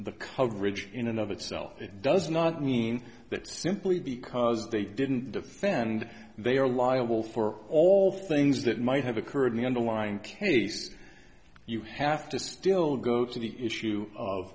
the coverage in and of itself does not mean that simply because they didn't defend they are liable for all things that might have occurred in the underlying case you have to still go to the issue of